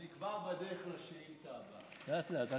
אני כבר בדרך לשאילתה הבאה.